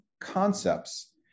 concepts